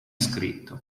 scritto